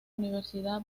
universidad